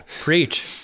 preach